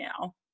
now